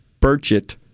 Burchett